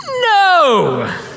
No